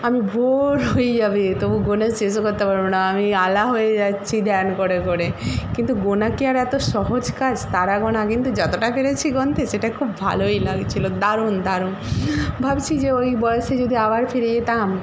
আমি ভোর হয়ে যাবে তবু গোনা শেষও করতে পারবো না আমি আলা হয়ে যাচ্ছি ধ্যান করে করে কিন্তু গোনা কি আর এত সহজ কাজ তারা গোনা কিন্তু যতটা পেরেছি গুনতে সেটা খুব ভালোই লাগছিল দারুণ দারুণ ভাবছি যে ওই বয়সে যদি আবার ফিরে যেতাম